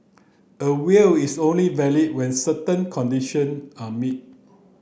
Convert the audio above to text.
a will is only valid when certain condition are met